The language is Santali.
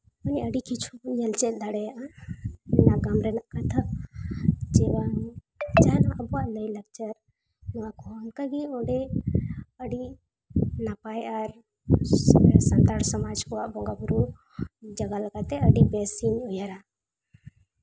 ᱢᱟᱱᱮ ᱟᱹᱰᱤ ᱠᱤᱪᱷᱩ ᱠᱚ ᱧᱮᱞ ᱪᱮᱫ ᱫᱟᱲᱮᱭᱟᱜᱼᱟ ᱱᱟᱜᱟᱢ ᱨᱮᱭᱟᱜ ᱠᱟᱛᱷᱟ ᱪᱮ ᱵᱟᱝ ᱡᱟᱦᱟᱱᱟᱜ ᱟᱵᱚᱣᱟᱜ ᱞᱟᱭᱼᱞᱟᱠᱪᱟᱨ ᱱᱚᱣᱟ ᱠᱚᱦᱚᱸ ᱚᱱᱠᱟᱜᱮ ᱚᱸᱰᱮ ᱟᱹᱰᱤ ᱱᱟᱯᱟᱭ ᱟᱨ ᱥᱟᱱᱛᱟᱲ ᱥᱚᱢᱟᱡᱽ ᱠᱚᱣᱟᱜ ᱵᱚᱸᱜᱟᱼᱵᱳᱨᱳ ᱡᱟᱭᱜᱟ ᱞᱮᱠᱟᱛᱮ ᱟᱹᱰᱤ ᱵᱮᱥ ᱤᱧ ᱩᱭᱦᱟᱹᱨᱟ